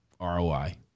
ROI